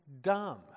dumb